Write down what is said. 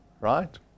Right